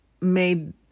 made